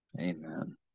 Amen